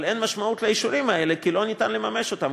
אבל אין משמעות לאישורים האלה כי אי-אפשר לממש אותם.